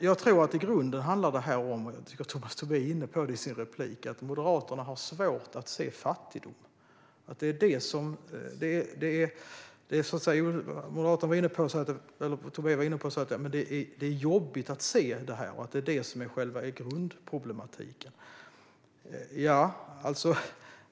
Jag tror att detta, som Tomas Tobé är inne på, i grunden handlar om att Moderaterna har svårt att se fattigdom. Tobé sa att det är jobbigt att se detta - det är det som är grundproblematiken.